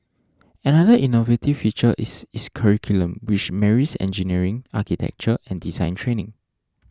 another innovative feature is its curriculum which marries engineering architecture and design training